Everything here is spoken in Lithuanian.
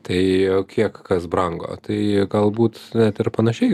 tai kiek kas brango tai galbūt net ir panašiai